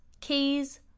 keys